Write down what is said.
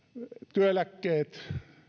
työeläkkeet